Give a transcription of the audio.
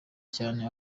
cyane